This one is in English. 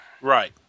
Right